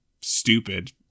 stupid